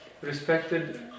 respected